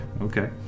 Okay